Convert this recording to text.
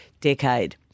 decade